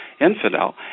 infidel